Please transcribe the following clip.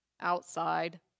outside